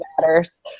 matters